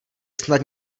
snad